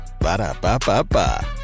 Ba-da-ba-ba-ba